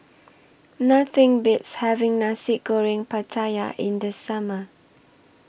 Nothing Beats having Nasi Goreng Pattaya in The Summer